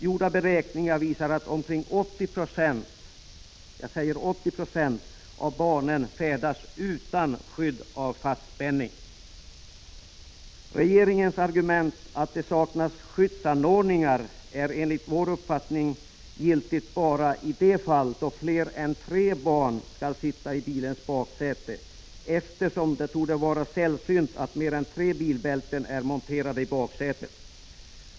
Gjorda beräkningar visar att omkring 80 90 av barnen färdas utan det skydd som fastspänning innebär. Regeringens argument, att det saknas skyddsanordningar, är enligt vår uppfattning giltigt bara i det fall då fler än tre barn skall sitta i bilens baksäte. Det torde nämligen vara sällsynt att mer än tre bilbälten är monterade i baksätet.